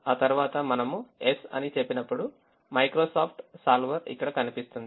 ఆ తర్వాత మనము yes అని చెప్పినప్పుడు మైక్రోసాఫ్ట్ solver ఇక్కడ కనిపిస్తుంది